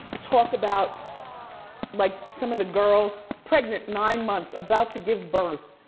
talk about like some of the girls pregnant nine months, about to give birth.